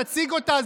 תציג אותה.